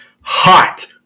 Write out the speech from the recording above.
hot